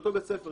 לאותו בית ספר.